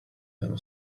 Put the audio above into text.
dallo